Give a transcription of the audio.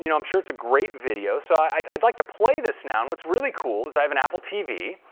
you know i'm sure it's a great video. so, i'd i'd like to play this now. and what's really cool is i have an apple tv.